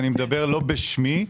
אני מדבר לא בשמי,